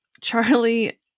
Charlie